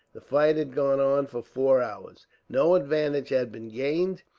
the fight had gone on for four hours. no advantage had been gained,